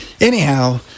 Anyhow